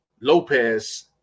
Lopez